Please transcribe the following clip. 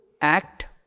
act